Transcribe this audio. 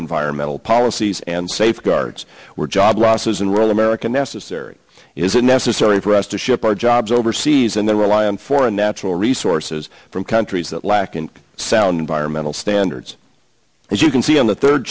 environmental policies and safeguards were job losses in rural america necessary is it necessary for us to ship our jobs overseas and then rely on foreign natural resources from countries that lacking sound byron menal standards as you can see on the third